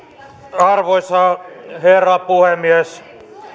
arvoisa herra puhemies